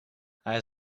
hij